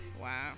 Wow